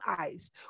eyes